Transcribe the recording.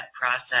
process